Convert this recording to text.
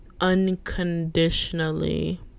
unconditionally